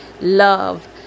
love